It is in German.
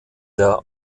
der